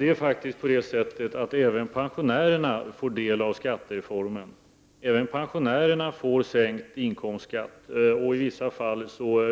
Herr talman! Även pensionärerna får del av skattereformen — även pensionärerna får sänkt inkomstskatt. I vissa fall